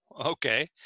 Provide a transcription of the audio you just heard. okay